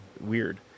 Weird